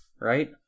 Right